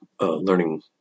learning